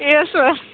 yes sir